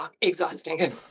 exhausting